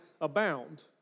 abound